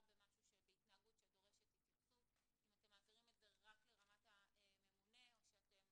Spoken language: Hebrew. בהתנהגות שדורשת התייחסות אם אתם מעבירים את זה לרמת הממונה או שאתם